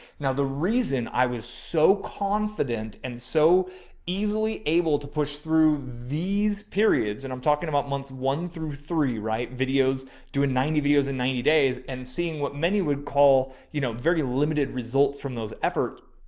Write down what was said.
now, the reason i was so confident and so easily able to push through these periods and i'm talking about months, one through three, right videos doing ninety videos and ninety days, and seeing what many would call, you know, very limited results from those efforts.